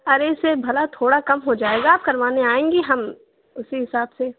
ارے اس سے بھلا تھوڑا کم ہو جائے گا کروانے آئیں گی ہم اسی حساب سے